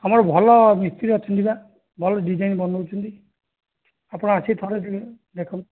ଆମର ଭଲ ମିସ୍ତ୍ରୀ ଅଛନ୍ତି ପା ଭଲ ଡିଜାଇନ ବନଉଛନ୍ତି ଆପଣ ଆସିକି ଥରେ ଦେଖନ୍ତୁ